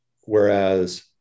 whereas